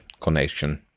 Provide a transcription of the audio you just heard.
connection